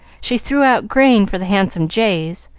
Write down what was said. she threw out grain for the handsome jays,